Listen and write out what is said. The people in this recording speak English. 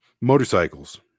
Motorcycles